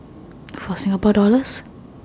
what Singapore dollars